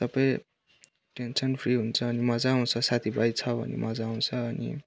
सबै tension free हुन्छ अनि मज्जा आउँछ साथीभाइ छ भने मज्जा आउँछ अनि